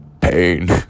pain